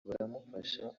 baramufasha